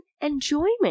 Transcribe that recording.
enjoyment